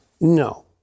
No